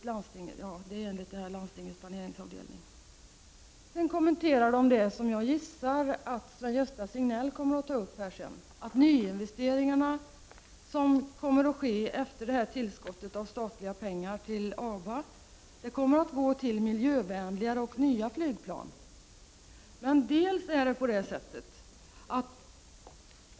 Sedan kommenterar de en sak som jag tror Sven-Gösta Signell kommer att ta upp här, nämligen att nyinvesteringarna — som kommer att ske efter detta tillskott av statliga pengar till ABA — kommer att gå till miljövänligare och nya flygplan. Men är det så?